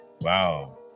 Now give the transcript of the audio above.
Wow